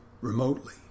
remotely